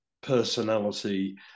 personality